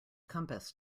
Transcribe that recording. compass